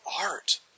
art